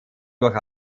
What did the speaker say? durch